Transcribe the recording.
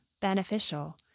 beneficial